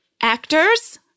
Actors